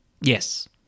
Yes